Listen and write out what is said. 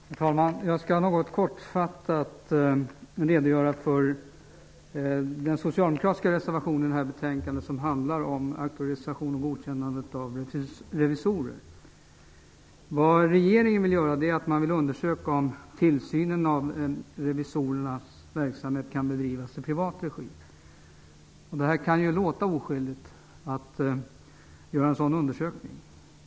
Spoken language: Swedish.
Herr talman! Jag skall något kortfattat redogöra för den socialdemokratiska reservationen till detta betänkande, som handlar om auktorisation och godkännande av revisorer. Det kan ju låta oskyldigt att göra en sådan undersökning.